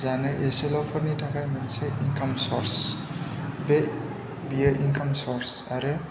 जानो एसेल'फोरनि थाखाय मोनसे इनकाम सर्स आरो